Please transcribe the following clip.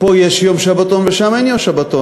פה יש יום שבתון ושם אין יום שבתון.